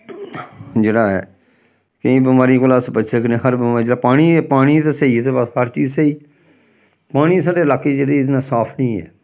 जेह्ड़ा ऐ केईं बमारियें कोला अस बची सकने ऐं हर बमारी जेह्ड़ा पानी पानी ते स्हेई ते हर चीज स्हेई पानी साढ़े लाके च जेह्ड़ी इन्ना साफ निं ऐ